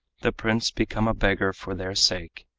the prince become a beggar for their sake,